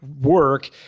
work